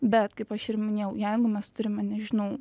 bet kaip aš ir minėjau jeigu mes turime nežinau